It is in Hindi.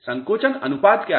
संकोचन अनुपात क्या है